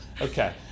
Okay